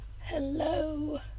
Hello